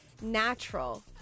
natural